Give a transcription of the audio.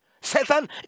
Satan